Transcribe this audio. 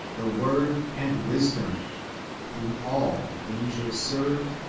the word and wisdom whom all the angels serve,